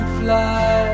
fly